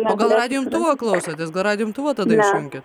o gal radijo imtuvą klausotės gal radijo imtuvą tada išjunkit